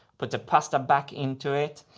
put the pasta back into it,